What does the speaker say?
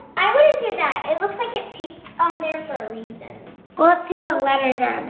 i wouldn't do that, it looks like it's taped on there for a reason. well let's see what letters are